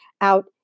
out